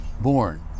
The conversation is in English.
born